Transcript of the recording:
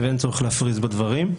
ואין צורך להפריז בדברים.